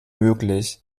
möglich